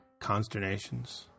consternations